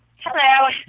Hello